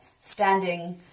standing